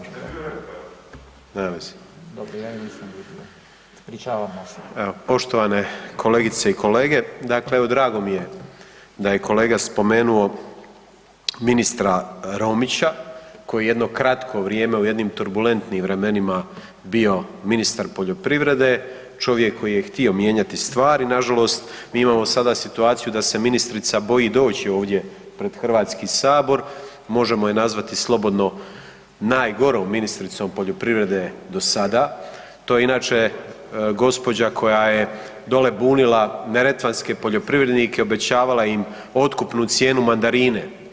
Evo poštovane kolegice i kolege, dakle evo drago mi je da je kolega spomenuo ministra Romića koji je jedno kratko vrijeme u jednim turbulentnim vremenima bio ministar poljoprivrede, čovjek koji je htio mijenjati stvari, nažalost, mi imamo sada situaciju da se ministrica boji doći ovdje pred Hrvatski sabor, možemo je nazvati slobodno najgorom ministricom poljoprivrede do sada, to je inače gospođa koja je dole bunila neretvanske poljoprivrednike, obećavala im otkupnu cijenu mandarine.